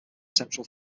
central